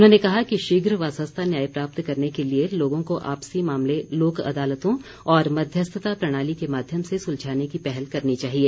उन्होंने कहा कि शीघ्र व सस्ता न्याय प्राप्त करने के लिए लोगों को आपसी मामले लोक अदालतों और मध्यस्थता प्रणाली के माध्यम से सुलझाने की पहल करनी चाहिए